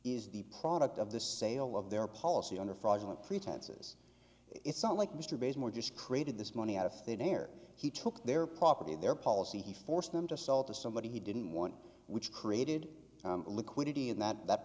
is the product of the sale of their policy under fraudulent pretenses it's not like mr bass more just created this money out of thin air he took their property their policy he forced them to sell to somebody he didn't want which created a liquidity in that that